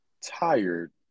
tired